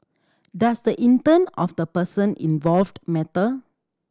does the intent of the person involved matter